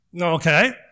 Okay